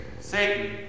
Satan